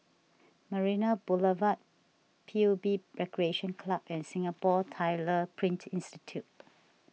Marina Boulevard P U B Recreation Club and Singapore Tyler Print Institute